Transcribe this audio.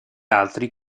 altri